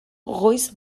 goiz